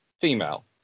female